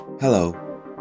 Hello